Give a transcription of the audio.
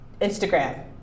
Instagram